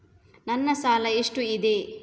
ನನ್ನ ಸಾಲ ಎಷ್ಟು ಇದೆ?